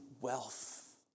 wealth